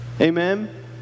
Amen